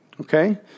okay